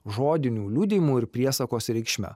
žodiniu liudijimu ir priesaikos reikšme